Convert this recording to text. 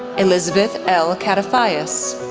elizabeth l. katafias,